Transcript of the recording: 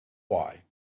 why